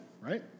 right